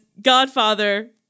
Godfather